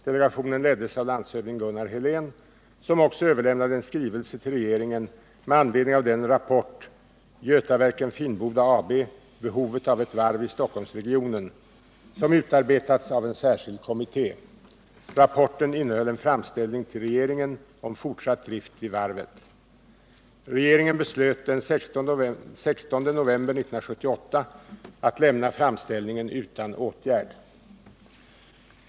Delegationen leddes av landshövding Gunnar Helén, som också överlämnade en skrivelse till regeringen med anledning av den rapport — ”Götaverken Finnboda AB. Behovet av ett varv i Stockholmsregionen” — som utarbetats av en särskild kommitté. Rapporten innehöll en framställning till regeringen om fortsatt drift vid varvet. Regeringen beslöt den 16 november 1978 att lämna framställningen utan åtgärd.